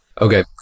Okay